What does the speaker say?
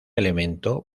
elemento